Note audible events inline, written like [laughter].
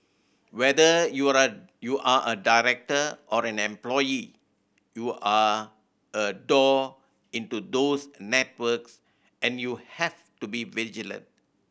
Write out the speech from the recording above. whether you [unintelligible] you're a director or an employee you're a door into those networks and you have to be vigilant